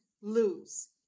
lose